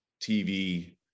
TV